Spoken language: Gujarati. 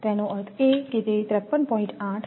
તેનો અર્થ એ કે તે 53